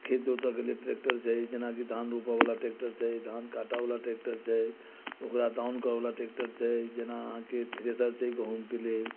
खेत जोतऽ के लेल ट्रेक्टर छै जेना की धान रोपऽबला ट्रेक्टर छै धान काटऽबला ट्रेक्टर छै ओकरा दाउनि करऽलय ट्रेक्टर छै जेना अहाँके थ्रेसर छै गहूँमके लेल